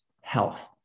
health